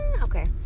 Okay